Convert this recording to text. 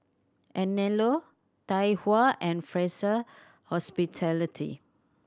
Anello Tai Hua and Fraser Hospitality